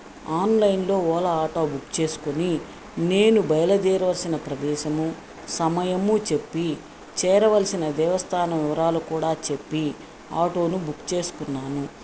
ఆన్లైన్లో Ola auto book చేసుకుని నేను బయలుదేరవలసిన ప్రదేశము సమయము చెప్పి చేరవలసిన దేవస్థానం వివరాలు కూడా చెప్పి ఆటోను బుక్ చేసుకున్నాను